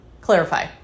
clarify